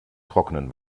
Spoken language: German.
trockenen